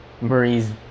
marie's